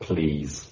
Please